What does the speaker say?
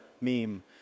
meme